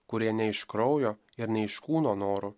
kurie ne iš kraujo ir ne iš kūno norų